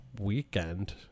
weekend